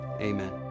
amen